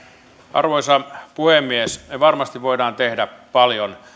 arvoisa puhemies varmasti voimme tehdä paljon